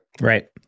Right